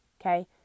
okay